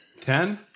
Ten